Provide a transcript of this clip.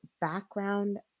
background